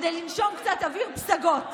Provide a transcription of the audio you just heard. כדי לנשום קצת אוויר פסגות.